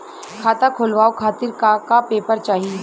खाता खोलवाव खातिर का का पेपर चाही?